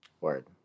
Word